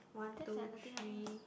one two three